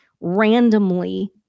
randomly